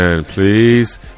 please